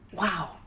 Wow